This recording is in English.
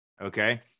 Okay